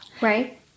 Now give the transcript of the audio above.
Right